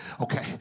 Okay